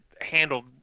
handled